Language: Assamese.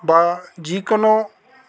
বা যিকোনো